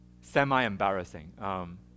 semi-embarrassing